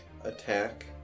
attack